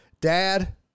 Dad